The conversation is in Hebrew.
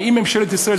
האם ממשלת ישראל,